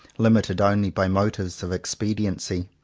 limited only by motives of expediency.